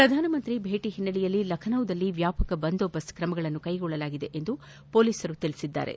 ಪ್ರಧಾನಮಂತ್ರಿ ಭೇಟ ಹಿನ್ನೆಲೆಯಲ್ಲಿ ಲಖನೌನಲ್ಲಿ ವ್ಯಾಪಕ ಬಂದೋಬಸ್ತ್ ಕ್ಲೆಗೊಳ್ಳಲಾಗಿದೆ ಎಂದು ಪೊಲೀಸರು ತಿಳಿಸಿದ್ದಾರೆ